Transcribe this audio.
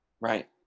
Right